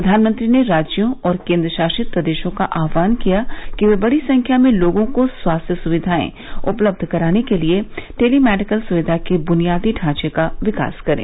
प्रधानमंत्री ने राज्यों और केन्द्रशासित प्रदेशों का आह्वान किया कि वे बड़ी संख्या में लोगों को स्वास्थ्य सुविधाएं उपलब्ध कराने के लिए टेली मेडिसिन सुविधा के बुनियादी ढांचे का विकास करें